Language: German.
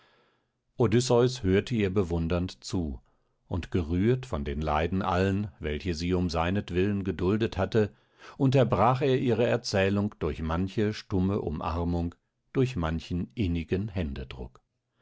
odysseus hörte ihr bewundernd zu und gerührt von den leiden allen welche sie um seinetwillen geduldet hatte unterbrach er ihre erzählung durch manche stumme umarmung durch manchen innigen händedruck